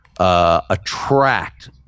Attract